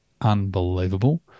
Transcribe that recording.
unbelievable